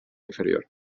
inferior